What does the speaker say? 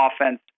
offense